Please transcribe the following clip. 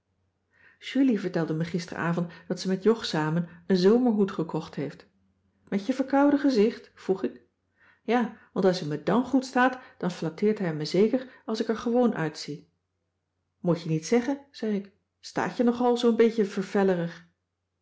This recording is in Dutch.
heul avond dat ze met jog samen een zomerhoed gekocht heeft met je verkouden gezicht vroeg ik ja want als hij me dàn goed staat dan flatteert hij me zeker als ik er gewoon uitzie moet je niet zeggen zei ik t staat je nogal zoo'n beetje